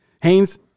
Haynes